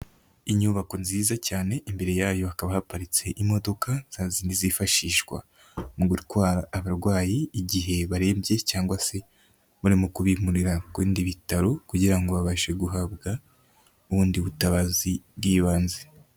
Inyubako nziza cyane imbere yayo hakaba haparitse imodoka za zindi zifashishwa mu gutwara abarwayi igihe barebye cyangwa se bari mu kubimurira ku bindi ibitaro kugira ngo babashe guhabwa ubundi butabazi bw'ibanze.